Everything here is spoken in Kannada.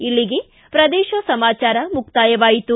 ಇಲ್ಲಿಗೆ ಪ್ರದೇಶ ಸಮಾಚಾರ ಮುಕ್ತಾಯವಾಯಿತು